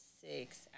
six